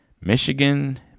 Michigan